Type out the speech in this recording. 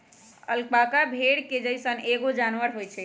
alpaca भेड़ के जइसन एगो जानवर होई छई